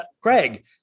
Craig